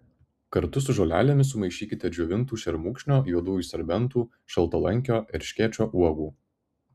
kartu su žolelėmis sumaišykite džiovintų šermukšnio juodųjų serbentų šaltalankio erškėčio uogų